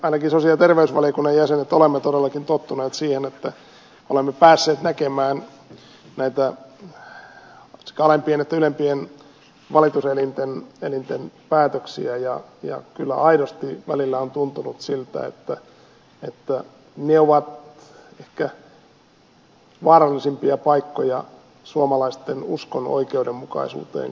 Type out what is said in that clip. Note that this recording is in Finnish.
ainakin me sosiaali ja terveysvaliokunnan jäsenet olemme todellakin tottuneet siihen että olemme päässeet näkemään näitä sekä alempien että ylempien valituselinten päätöksiä ja kyllä aidosti välillä on tuntunut siltä että ne ovat ehkä vaarallisimpia paikkoja suomalaisten uskon oikeudenmukaisuuteen kannalta